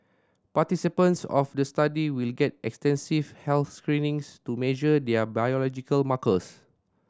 participants of the study will get extensive health screenings to measure their biological markers